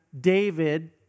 David